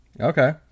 Okay